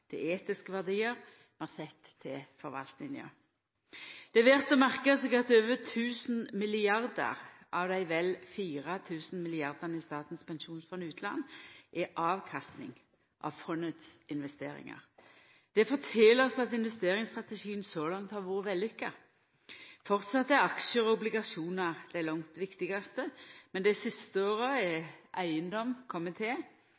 til etiske verdiar vi har sett til forvaltninga. Det er verdt å merka seg at over 1 000 mrd. kr av dei vel 4 000 mrd. kr i Statens pensjonsfond utland er avkastning av fondet sine investeringar. Det fortel oss at investeringsstrategien så langt har vore vellykka. Framleis er aksjar og obligasjonar det langt viktigaste, men dei siste åra er